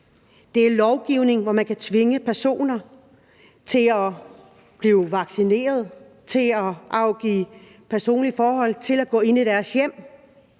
Det er lovgivning, hvor man kan tvinge personer til at blive vaccineret, til at afgive oplysninger om personlige forhold, til at lade andre gå ind i deres hjem.